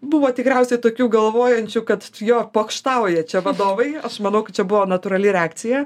buvo tikriausia tokių galvojančių kad jo pokštauja čia vadovai aš manau kad čia buvo natūrali reakcija